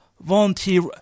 volunteer